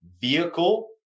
vehicle